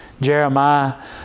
Jeremiah